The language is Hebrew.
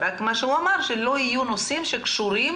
אבל הוא אמר שלא יהיו נושאים שקשורים